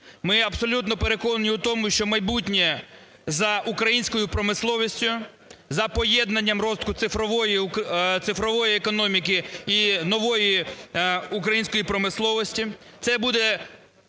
Ми абсолютно переконані у тому, що майбутнє за українською промисловістю, за поєднанням розвитку цифрової економіки і нової української промисловості.